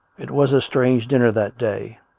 it was a strange dinner that day.